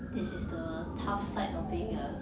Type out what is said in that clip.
this is the tough side of being a